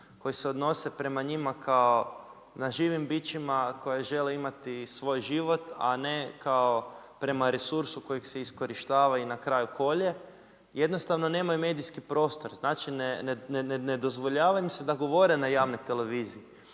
koji se odnose prema njima kao na živim bićima koja žele imati svoj život, a ne kao prema resursu kojeg se iskorištava i na kraju kolje, jednostavno nemaju medijski prostor, znači ne dozvoljava im se da govore na javnoj televiziji.